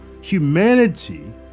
humanity